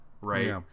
right